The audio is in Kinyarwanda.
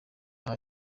iha